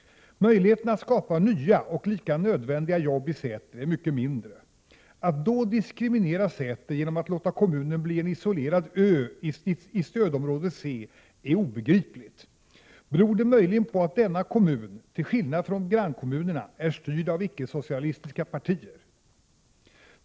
Möjligheten att skapa nya — och lika nödvändiga — jobb i Säter är mycket mindre. Att man då vill diskriminera Säter genom att låta kommunen bli en isolerad ”ö” i stödområde C är obegripligt! Beror det möjligen på att denna kommun = till skillnad från grannkommunerna — är styrd av icke-socialistiska partier?